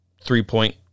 three-point